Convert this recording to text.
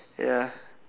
ya